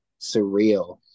surreal